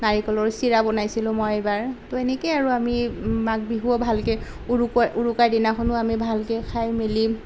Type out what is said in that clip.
নাৰিকলৰ চিৰা বনাইছিলোঁ মই এইবাৰ তো এনেকৈয়ে আৰু আমি মাঘ বিহু ভালকৈ উৰুক উৰুকা দিনাখনো আমি ভালকৈ খাই মেলি